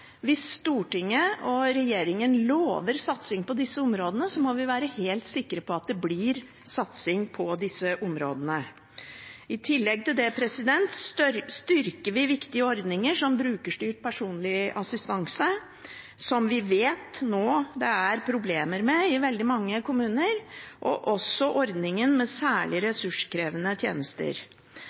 hvis Stortinget og regjeringen lover satsing på disse områdene, må vi være helt sikre på at det blir satsing på disse områdene. I tillegg til det styrker vi viktige ordninger som brukerstyrt personlig assistanse, som vi vet det er problemer med i veldig mange kommuner, og også ordningen med særlig ressurskrevende tjenester.